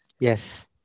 yes